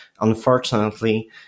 Unfortunately